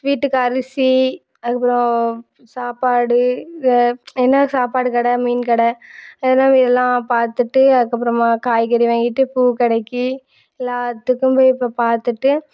வீட்டுக்கு அரிசி அதுக்கு அப்புறம் சாப்பாடு என்ன சாப்பாடு கடை மீன் கடை அதெலாம் எல்லாம் பார்த்துட்டு அதுக்கு அப்புறமா காய்கறி வாங்கிட்டு பூ கடைக்கு எல்லாத்துக்கும் போய் இப்போ பார்த்துட்டு